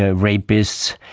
ah rapists,